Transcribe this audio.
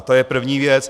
To je první věc.